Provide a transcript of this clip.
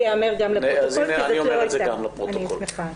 אני אומר את זה גם לפרוטוקול.